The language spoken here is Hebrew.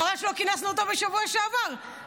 חבל שלא כינסנו אותו בשבוע שעבר,